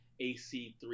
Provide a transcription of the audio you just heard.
AC3